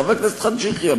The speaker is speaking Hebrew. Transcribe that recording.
חבר הכנסת חאג' יחיא,